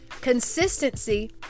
Consistency